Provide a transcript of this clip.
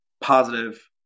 positive